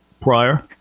prior